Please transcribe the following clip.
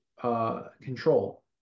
control